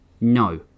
No